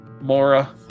Mora